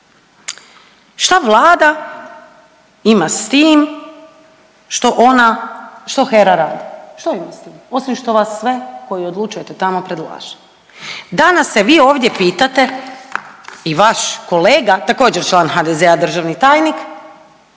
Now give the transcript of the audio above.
šta Vlada ima s tim što ona, što HERA radi. Što ima s tim osim što vas sve koji odlučujete tamo, predlaže? Danas se vi ovdje pitate i vaš kolega, također član HDZ-a, državni tajnik,